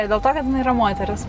ir dėl to kad jinai yra moteris